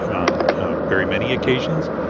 and on very many occasions.